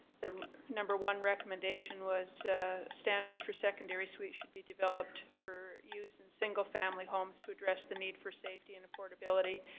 the number one recommendation was standards for secondary suites should be developed for use in single family homes to address the need to safety and affordability,